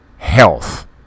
Health